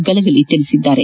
ಗಲಗಲಿ ತಿಳಿಸಿದ್ದಾರೆ